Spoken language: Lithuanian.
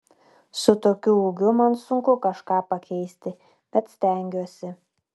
su tokiu ūgiu man sunku kažką pakeisti bet stengiuosi